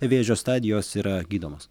vėžio stadijos yra gydomos